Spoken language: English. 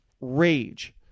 rage